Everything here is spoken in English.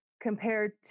Compared